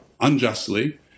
unjustly